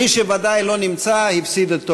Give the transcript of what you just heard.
מי שלא נמצא, ודאי שהפסיד את תורו.